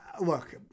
look